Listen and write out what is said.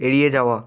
এড়িয়ে যাওয়া